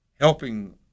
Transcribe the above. helping